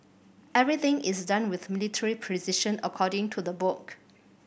everything is done with military precision according to the book